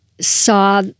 saw